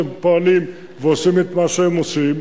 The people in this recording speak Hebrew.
והם פועלים ועושים את מה שהם עושים.